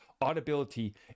audibility